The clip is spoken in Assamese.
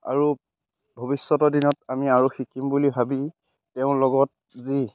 আৰু ভৱিষ্যতৰ দিনত আমি আৰু শিকিম বুলি ভাবি তেওঁৰ লগত যি